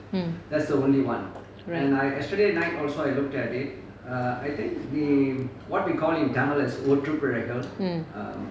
mm right mm